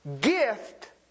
gift